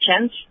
chance